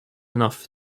enough